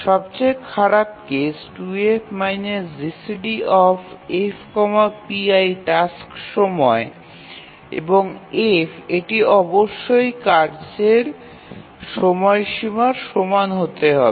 সবচেয়ে খারাপ case 2F GCDf pi task সময় এবং f এটি অবশ্যই কার্যের সময়সীমার সমান হতে হবে